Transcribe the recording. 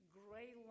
gray